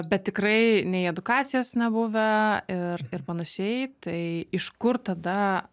bet tikrai nei edukacijos nebuvę ir ir panašiai tai iš kur tada